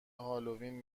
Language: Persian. هالوین